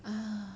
ah